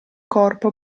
corpo